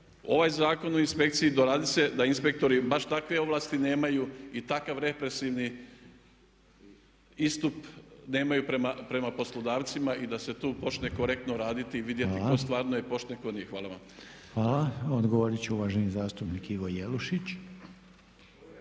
ovaj Zakon o inspekciji doradit se da inspektori baš takve ovlasti nemaju i takav represivni istup nemaju prema poslodavcima i da se tu počne korektno raditi i vidjeti tko stvarno je pošten a tko nije. Hvala vam. **Reiner, Željko (HDZ)** Hvala. Odgovorit će uvaženi zastupnik Ivo Jelušić.